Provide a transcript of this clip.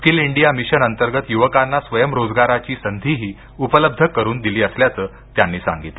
skill India mission अंतर्गत युवकांना स्वयं रोजगाराची संधीही उपलब्ध करून दिली असल्याचं त्यांनी सांगितलं